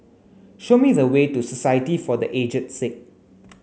show me the way to Society for the Aged Sick